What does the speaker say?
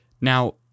Now